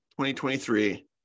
2023